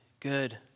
Good